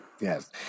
Yes